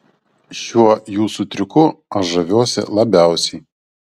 šiuo jūsų triuku aš žaviuosi labiausiai